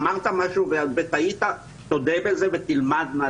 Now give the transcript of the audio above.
אמרת משהו וטעית, תודה בזה ותלמד.